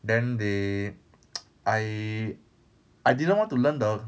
then they I I didn't want to learn the